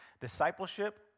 Discipleship